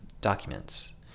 documents